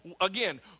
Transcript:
again